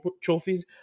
trophies